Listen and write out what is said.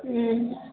हम्म